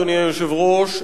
אדוני היושב-ראש,